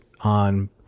on